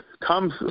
comes